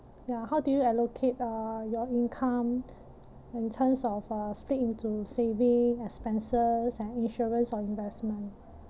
ya how do you allocate uh your income in terms of uh split into saving expenses and insurance or investment